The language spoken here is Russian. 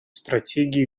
стратегии